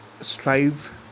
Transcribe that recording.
strive